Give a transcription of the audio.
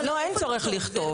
לא, אין צורך לכתוב.